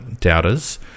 doubters